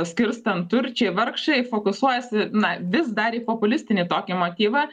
skirstant turčiai vargšai fokusuojasi na vis dar į populistinį tokį motyvą